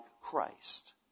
Christ